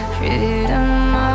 Freedom